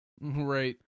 Right